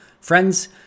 Friends